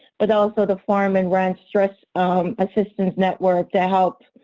but also the farm and ranch stress assistance network to help